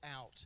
out